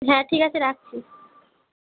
হ্যাঁ ঠিক আছে রাখছি